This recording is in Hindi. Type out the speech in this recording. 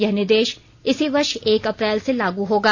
यह निर्देश इसी वर्ष एक अप्रैल से लागू होगा